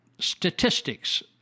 statistics